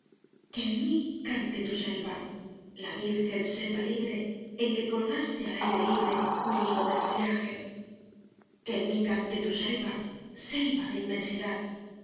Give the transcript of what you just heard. que en mí cante tu selva la virgen selva libre en que colgaste al aire libre mi nido del follaje que en mí cante tu selva selva de inmensidad